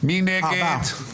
מי נגד?